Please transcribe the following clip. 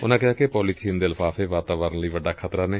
ਉਨੂਾ ਕਿਹਾ ਕਿ ਪੋਲੀਬੀਨ ਦੇ ਲਿਫਾਫੇ ਵਾਤਾਵਰਣ ਲਈ ਵੱਡਾ ਖ਼ਤਰਾ ਨੇ